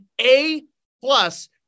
A-plus